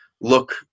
look